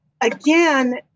again